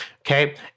Okay